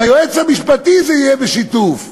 ביועץ המשפטי זה יהיה בשיתוף.